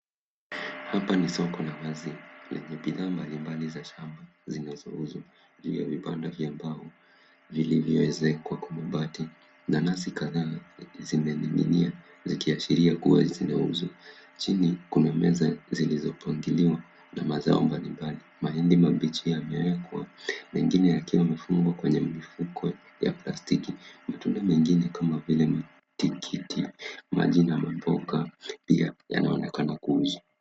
Hapa ni soko la wazi lenye bidhaa mbalimbali za shamba zinazouzwa juu ya vibanda vya mbao vilivyoezekwa kwa mabati. Nanasi kadhaa zimening'inia zikiashiria kuwa zinauzwa. Chini kuna meza zilizofungiliwa na mazao mbalimbali. Mahindi mabichi yamewekwa mengine yakiwa yamefungwa kwenye mifuko ya plastiki. Matunda mengine kama matikiti maji na mboga pia yanaonekana kuuzwa.